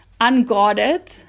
unguarded